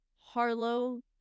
Harlow